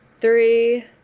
three